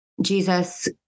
Jesus